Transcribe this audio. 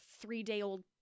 three-day-old